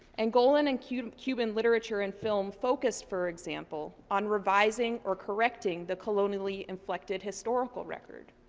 angolan and cuban cuban literature and film focus, for example, on revising or correcting the colonially-inflected historical record.